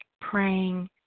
praying